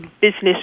business